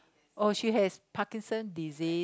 oh she has Parkinson's disease